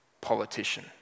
politician